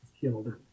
killed